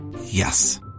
Yes